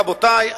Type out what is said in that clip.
רבותי,